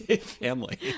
Family